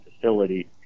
facility